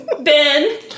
Ben